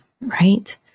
right